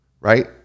right